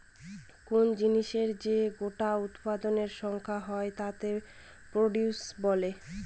কোন জিনিসের যে গোটা উৎপাদনের সংখ্যা হয় তাকে প্রডিউস বলে